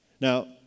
Now